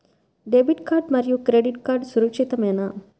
Debit card మరియు credit card సురక్షితమేనా?